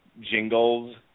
jingles